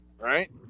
Right